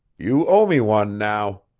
you owe me one, now.